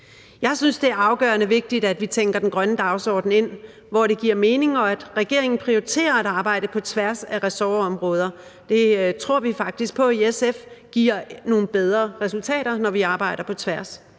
Jeg synes, det er afgørende vigtigt, at vi tænker den grønne dagsorden ind, hvor det giver mening, og at regeringen prioriterer at arbejde på tværs af ressortområder. I SF tror vi faktisk på, at det giver nogle bedre resultater, når vi arbejder på tværs.